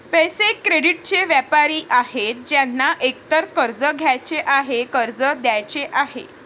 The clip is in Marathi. पैसे, क्रेडिटचे व्यापारी आहेत ज्यांना एकतर कर्ज घ्यायचे आहे, कर्ज द्यायचे आहे